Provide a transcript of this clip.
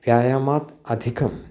व्यायामात् अधिकम्